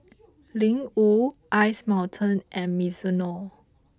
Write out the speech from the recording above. Ling Wu Ice Mountain and Mizuno